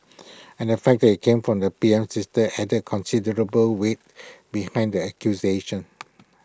and the fact that IT came from the P M's sister added considerable weight behind the accusation